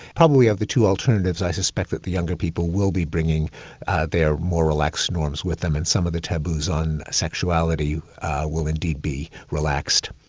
probably we have the two alternatives i suspect that the younger people will be bringing their more relaxed norms with them and some of the taboos on sexuality will indeed be relaxed.